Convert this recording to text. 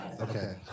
Okay